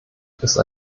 ist